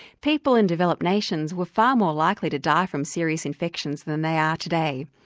people in developed nations were far more likely to die from serious infections than they are today.